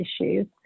issues